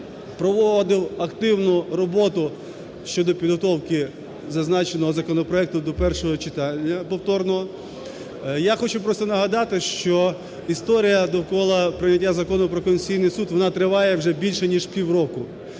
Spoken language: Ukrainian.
проводив активну роботу щодо підготовки зазначеного законопроекту до першого читання, повторного. Я хочу просто нагадати, що історія довкола прийняття Закону про Конституційний Суд вона триває вже більше ніж півроку.